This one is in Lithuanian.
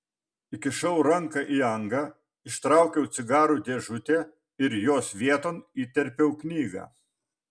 įkišau ranką į angą ištraukiau cigarų dėžutę ir jos vieton įterpiau knygą